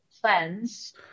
plans